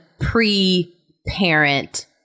pre-parent